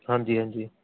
ਹਾਂਜੀ ਹਾਂਜੀ